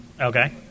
Okay